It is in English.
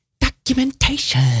Documentation